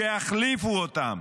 שיחליפו אותם.